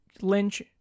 Lynch